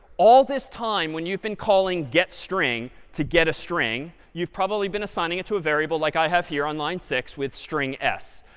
all this time when you've been calling getstring to get a string, you've probably been assigning it to a variable like i have here on line six, with string s.